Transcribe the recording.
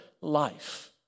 life